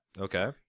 Okay